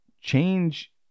change